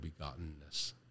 begottenness